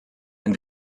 and